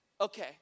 Okay